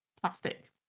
plastic